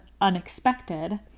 unexpected